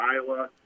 Iowa